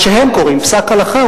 מה שהם קוראים פסק הלכה,